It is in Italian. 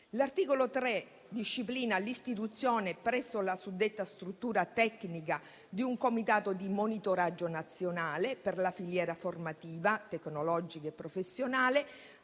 L'articolo 3 disciplina l'istituzione, presso la suddetta struttura tecnica, di un Comitato di monitoraggio nazionale per la filiera formativa, tecnologica e professionale,